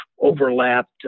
overlapped